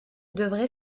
devrait